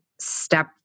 step